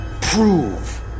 prove